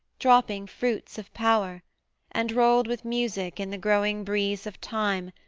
dropping fruits of power and rolled with music in the growing breeze of time,